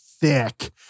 thick